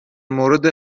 مورد